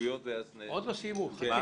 להסתייגויות ואז --- עוד לא סיימו, חכה.